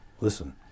listen